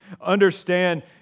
Understand